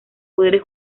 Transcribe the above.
poderes